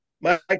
Mike